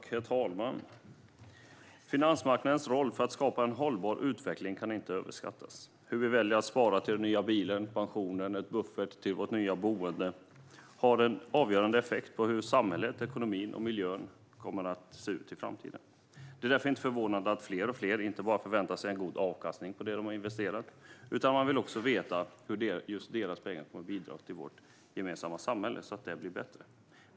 Herr talman! Finansmarknadens roll för att skapa en hållbar utveckling kan inte överskattas. Hur vi väljer att spara till en ny bil, pensionen, en buffert eller ett nytt boende har en avgörande effekt på hur samhället, ekonomin och miljön kommer att se ut i framtiden. Det är därför inte förvånande att fler och fler inte bara väntar sig en god avkastning på det de har investerat utan också vill veta hur just deras pengar kan bidra till att vårt gemensamma samhälle blir bättre.